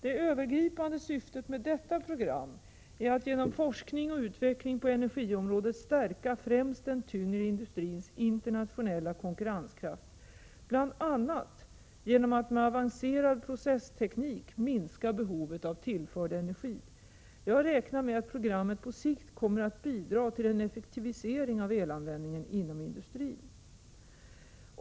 Det övergripande syftet med detta program är att genom forskning och utveckling på energiområdet stärka främst den tyngre industrins internationella konkurrenskraft bl.a. genom att med avancerad processteknik minska behovet av tillförd energi. Jag räknar med att programmet på sikt kommer att bidra till en effektivisering av elanvändningen inom industrin.